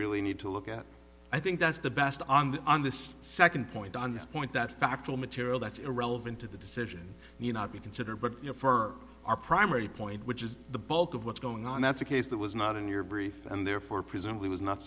really need to look at i think that's the best on the on the second point on this point that factual material that's irrelevant to the decision may not be considered but your fur our primary point which is the bulk of what's going on that's a case that was not in your brief and therefore presumably was not